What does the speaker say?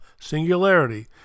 singularity